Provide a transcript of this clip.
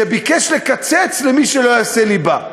שביקש לקצץ למי שלא ילמד ליבה.